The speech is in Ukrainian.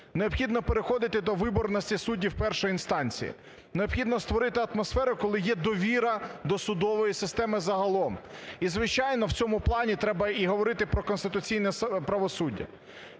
необхідно переходити до виборності суддів першої інстанції, необхідно створити атмосферу, коли є довіра до судової системи загалом. І, звичайно, в цьому плані треба і говорити про конституційне правосуддя.